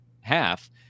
half